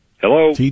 Hello